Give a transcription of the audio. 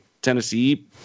Tennessee